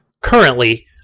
currently